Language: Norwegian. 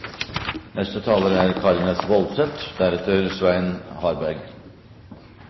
Neste taler er